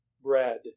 bread